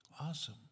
Awesome